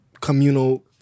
communal